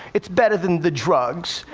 it's better than the drugs.